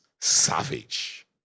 savage